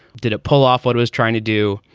did it pull off what it was trying to do?